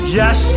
yes